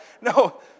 No